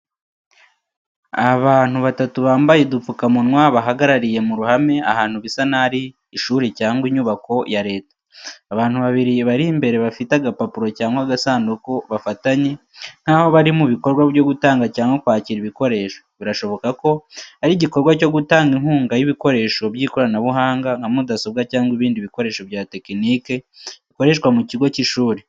Abantu batatu bambaye udupfukamunwa bahagarariye mu ruhame ahantu bisa n'aho ari ishuri cyangwa inyubako ya Leta. Abantu babiri bari imbere bafite agapapuro cyangwa agasanduku bafatanye, nk'aho bari mu bikorwa byo gutanga cyangwa kwakira ibikoresho. Birashoboka ko ari igikorwa cyo gutanga inkunga y'ibikoresho by'ikoranabuhanga nka mudasobwa cyangwa ibindi bikoresho bya tekiniki bikoreshwa mu kigo cy'ishuri.